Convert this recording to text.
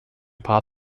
paar